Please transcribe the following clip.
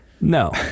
No